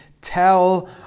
Tell